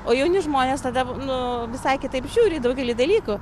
o jauni žmonės tada nu visai kitaip žiūri į daugelį dalykų